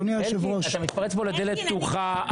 אלקין, אתה מתפרץ פה לדלת פתוחה.